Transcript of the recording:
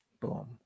Boom